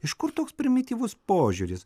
iš kur toks primityvus požiūris